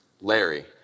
Larry